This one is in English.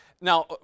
Now